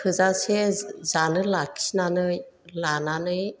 थोजासे जानो लाखिनानै लानानै